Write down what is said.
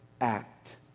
act